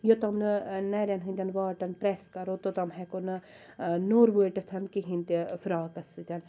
یوٚتام نہٕ نیرَن ہِنٛدٮ۪ن واٹن پریٚس کرو توٚتام ہیٚکو نہٕ نوٚر واٹِتھ کہیٖنۍ تہِ فراکس سۭتۍ